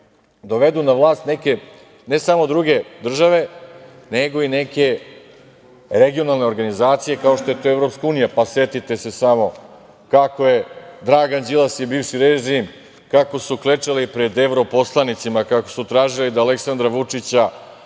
dovedu na vlast neke, ne samo druge države, nego i neke regionalne organizacije, kao što je to EU. Pa, setite se samo kako su Dragan Đilas i bivši režim klečali pred evroposlanicima, kako su tražili da Aleksandra Vučića